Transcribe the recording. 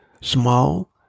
small